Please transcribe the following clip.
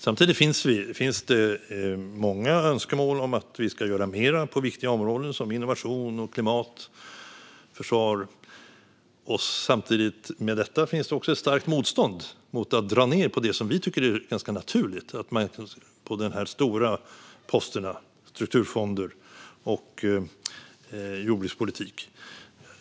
Samtidigt finns det många önskemål om att vi ska göra mer på viktiga områden som innovation, klimat och försvar. Samtidigt med detta finns också ett starkt motstånd mot att dra ned på det som Sverige tycker är ganska naturligt att dra ned på: de stora posterna med strukturfonder och jordbrukspolitik.